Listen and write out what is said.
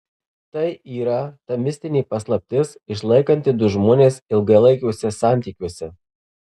tai yra ta mistinė paslaptis išlaikanti du žmones ilgalaikiuose santykiuose